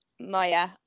Maya